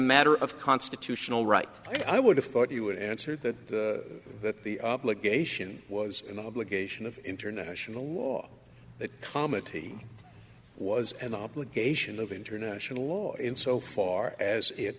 matter of constitutional right i would have thought you would answer that that the obligation was an obligation of international law that comedy was an obligation of international law in so far as it